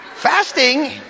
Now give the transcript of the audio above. Fasting